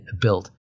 built